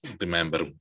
remember